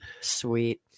Sweet